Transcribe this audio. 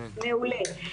מעולה.